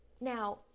Now